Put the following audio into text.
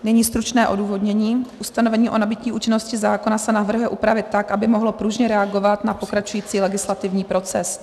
Nyní stručné odůvodnění: Ustanovení o nabytí účinnosti zákona se navrhuje upravit tak, aby mohlo pružně reagovat na pokračující legislativní proces.